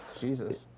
Jesus